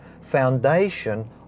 foundation